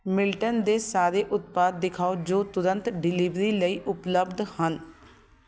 Milton ਦੇ ਸਾਰੇ ਉਤਪਾਦ ਦਿਖਾਓ ਜੋ ਤੁਰੰਤ ਡਿਲੀਵਰੀ ਲਈ ਉਪਲੱਬਧ ਹਨ